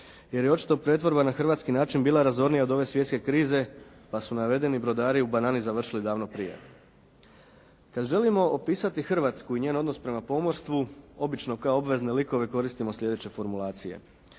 jer je očito pretvorba na hrvatski način bila razornija od ove svjetske krize pa su navedeni brodari "u banani" završili davno prije. Kada želimo opisati Hrvatsku i njezin odnos prema pomorstvu, obično kao obvezne likove koristimo sljedeće formulacije.